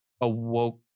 awoke